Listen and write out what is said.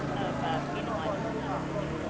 of phenological change.